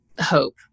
hope